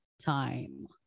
time